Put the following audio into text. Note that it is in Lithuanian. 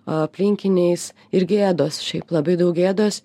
aplinkiniais ir gėdos šiaip labai daug gėdos